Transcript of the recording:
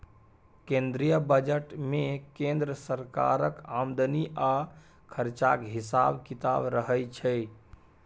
केंद्रीय बजट मे केंद्र सरकारक आमदनी आ खरचाक हिसाब किताब रहय छै